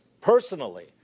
personally